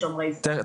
אוקיי.